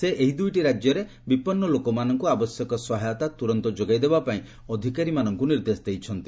ସେ ଏହି ଦୂଇଟି ରାଜ୍ୟରେ ବିପନ୍ନ ଲୋକମାନଙ୍କୁ ଆବଶ୍ୟକ ସହାୟତା ତୁରନ୍ତ ଯୋଗାଇ ଦେବା ପାଇଁ ଅଧିକାରୀମାନଙ୍କୁ ନିର୍ଦ୍ଦେଶ ଦେଇଛନ୍ତି